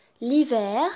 L'hiver